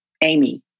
Amy